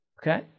Okay